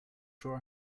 draw